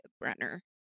brenner